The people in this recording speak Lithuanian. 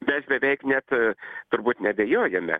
mes beveik net turbūt neabejojame